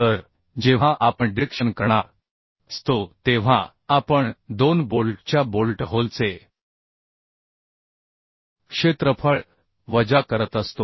तर जेव्हा आपण डिडक्शन करणार असतो तेव्हा आपण 2 बोल्टच्या बोल्ट होलचे क्षेत्रफळ वजा करत असतो